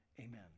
Amen